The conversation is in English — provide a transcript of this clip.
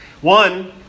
One